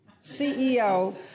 CEO